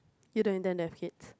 you don't intend to have kids